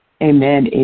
Amen